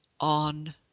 on